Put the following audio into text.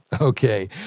Okay